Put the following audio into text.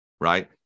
Right